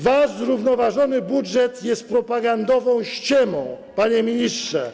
Wasz zrównoważony budżet jest propagandową ściemą, panie ministrze.